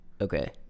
Okay